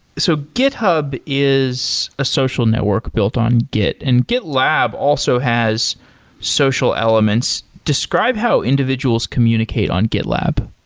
so github is a social network built on git, and gitlab also has social elements. describe how individuals communicate on gitlab.